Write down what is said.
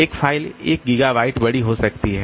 एक file 1 gigabyte बड़ी हो सकती है